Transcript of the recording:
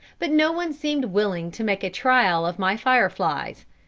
but no one seemed willing to make a trial of my fire-flies.